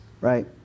right